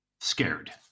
scared